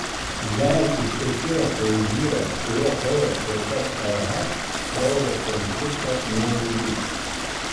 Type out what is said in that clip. jei ištekėjote už vyro kurio kraujas taip pat rh kraujo konflikto neįvyks